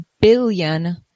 billion